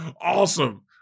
awesome